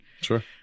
Sure